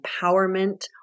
empowerment